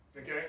Okay